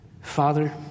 Father